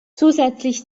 zusätzlich